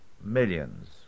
millions